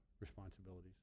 responsibilities